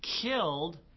killed